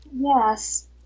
Yes